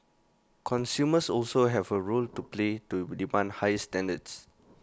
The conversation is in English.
consumers also have A role to play to demand higher standards